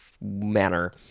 manner